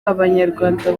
abanyarwanda